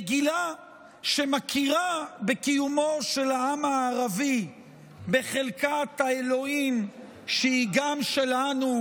מגילה שמכירה בקיומו של העם הערבי בחלקת האלוהים שהיא גם שלנו,